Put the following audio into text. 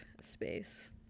space